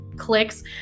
clicks